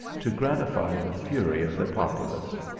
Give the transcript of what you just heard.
to gratify the fury of the populace.